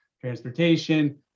transportation